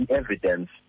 evidence